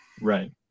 Right